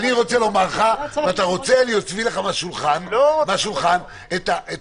אני יכול להראות לך את הטיוטה,